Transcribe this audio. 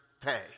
pay